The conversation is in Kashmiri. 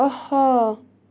اَہ ہا